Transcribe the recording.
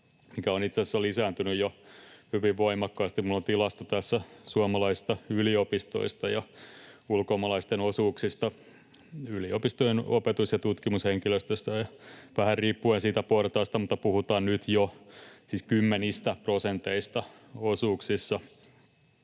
mikä on itse asiassa lisääntynyt jo hyvin voimakkaasti. Minulla on tässä tilasto suomalaisista yliopistoista ja ulkomaalaisten osuuksista yliopistojen opetus- ja tutkimushenkilöstöstä, ja vähän riippuen siitä portaasta puhutaan nyt jo kymmenistä prosenteista osuuksissa.